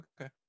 okay